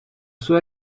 sua